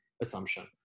assumption